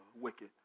wicked